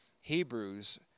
Hebrews